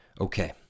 Okay